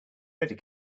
better